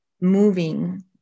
moving